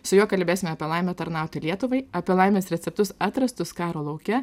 su juo kalbėsime apie laimę tarnauti lietuvai apie laimės receptus atrastus karo lauke